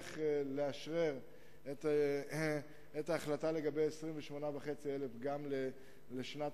נצליח לאשרר את ההחלטה לגבי 28,500 העובדים גם לשנת